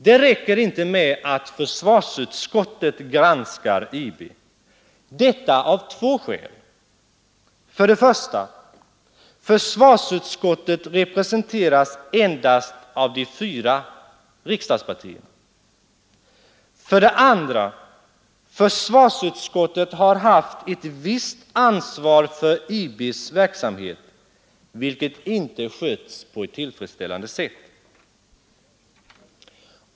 Det räcker inte med att försvarsutskottet granskar IB. Detta av två skäl: Försvarsutskottet representeras för det första endast av de fyra riksdagspartierna, och försvarsutskottet har för det andra haft ett visst ansvar för IB:s verksamhet, vilket inte skötts på ett tillfredsställande sätt.